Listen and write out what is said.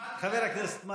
משהו שיש לו שריטה כזאת,